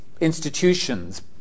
institutions